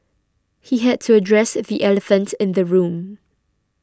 he had to address the elephant in the room